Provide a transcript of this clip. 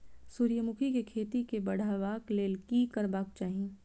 सूर्यमुखी केँ खेती केँ बढ़ेबाक लेल की करबाक चाहि?